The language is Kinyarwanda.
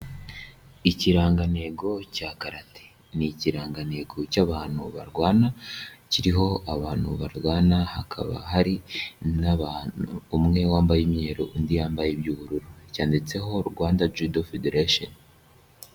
Ikirangantego cya karate, ni ikirangantego cy'abantu barwana, kiriho abantu barwana, hakaba hari n'abantu, umwe wambaye imyeru, undi yambaye iby'ubururu, cyanditseho Rwanda Judo Federation.